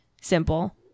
simple